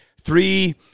three